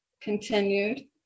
continued